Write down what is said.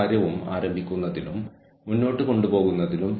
കാരണം മാറ്റത്തെ പ്രതിരോധിക്കുന്ന ആളുകൾ കൂടുതൽ ജാഗ്രതയുള്ളവരായിരിക്കും